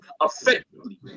effectively